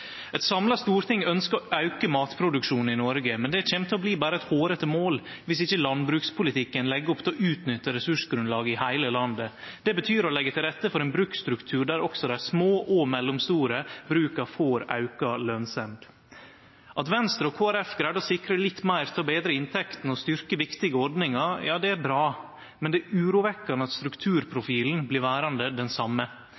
Eit samla storting ønskjer å auke matproduksjonen i Noreg, men det kjem til å bli berre eit hårete mål viss ikkje landbrukspolitikken legg opp til å utnytte ressursgrunnlaget i heile landet. Det betyr å leggje til rette for ein bruksstruktur der også dei små og mellomstore bruka får auka lønsemd. At Venstre og Kristeleg Folkeparti greidde å sikre litt meir til å betre inntekta og styrkje viktige ordningar er bra, men det er urovekkjande at